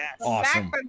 awesome